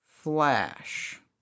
Flash